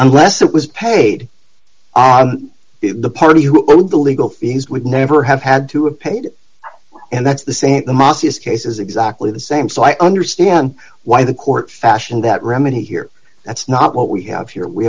nless it was paid to the party who would the legal fees would never have had to a paid and that's the say the macias case is exactly the same so i understand why the court fashion that remedy here that's not what we have here we